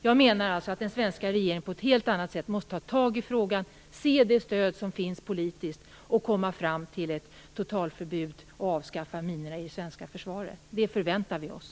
Jag menar att den svenska regeringen på ett helt annat sätt måste ta tag i frågan, se det stöd som finns politiskt, komma fram till ett totalförbud och avskaffa minorna i det svenska försvaret. Det väntar vi oss.